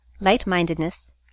light-mindedness